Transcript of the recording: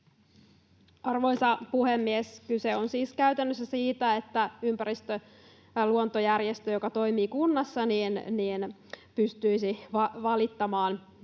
Arvoisa puhemies! Kyse on siis käytännössä siitä, että ympäristö- ja luontojärjestö, joka toimii kunnassa, pystyisi valittamaan